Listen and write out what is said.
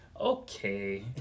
Okay